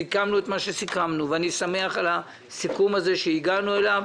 סיכמנו את מה שסיכמנו ואני שמח על הסיכום הזה שהגענו אליו.